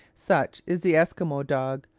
such is the esquimaux dog,